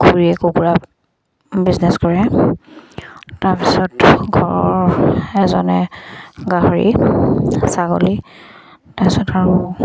খুৰীয়ে কুকুৰা বিজনেছ কৰে তাৰপিছত ঘৰৰ এজনে গাহৰি ছাগলী তাৰপিছত আৰু